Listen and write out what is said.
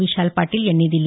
विशाल पाटील यांनी दिली